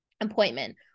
appointment